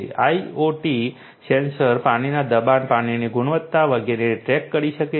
IoT sensor પાણીના દબાણ પાણીની ગુણવત્તા વગેરેને ટ્રેક કરી શકે છે